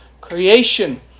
creation